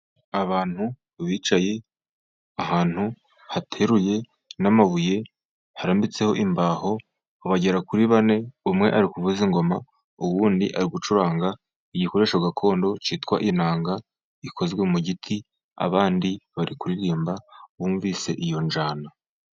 Abantu bicaye ahantu, hateruye n'amabuye, harambitseho imbaho, bagera kuri bane, umwe ari kuvuza ingoma, undi ari gucuranga igikoresho gakondo cyitwa inanga, gikozwe mu giti, abandi bari kuririmba bumvise iyo njyana.